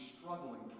struggling